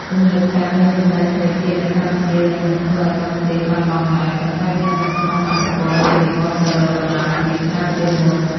ទំនើបកម្មនៃវិស័យធនាគារនៅកម្ពុជានឹងមិនធ្វើឱ្យតុងទីនបាត់បង់ឡើយ ប៉ុន្តែវានឹងបង្ខំឱ្យប្រព័ន្ធនេះវិវត្តទៅរក "តម្លាភាព" ច្រើនជាងមុន។